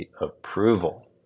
approval